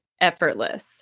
effortless